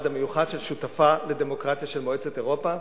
המיוחד של שותפה לדמוקרטיה של מועצת אירופה.